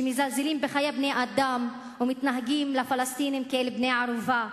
שמזלזלים בחיי בני-אדם ומתנהגים אל הפלסטינים כאל בני ערובה,